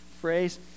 phrase